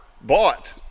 bought